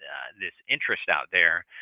yeah this interest out there,